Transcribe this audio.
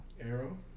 Arrow